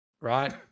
right